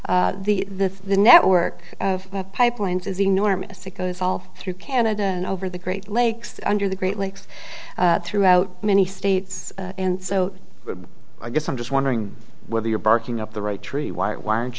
the the the network of pipelines is enormous it goes all through canada and over the great lakes under the great lakes throughout many states and so i guess i'm just wondering whether you're barking up the right tree wh